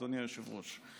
אדוני היושב-ראש,